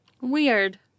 Weird